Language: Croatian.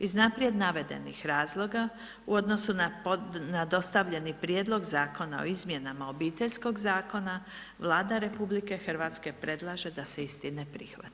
Iz naprijed navedenih razloga, u odnosu na dostavljeni Prijedlog Zakona o izmjenama Obiteljskog zakona, Vlada RH predlaže da se isti ne prihvati.